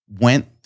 Went